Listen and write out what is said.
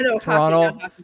Toronto